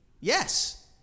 yes